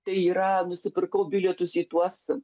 tai yra nusipirkau bilietus į tuos